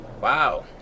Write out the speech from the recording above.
Wow